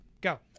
Go